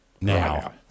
Now